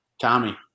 Tommy